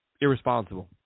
Irresponsible